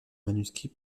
manuscrit